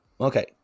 Okay